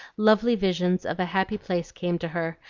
lovely visions of a happy place came to her,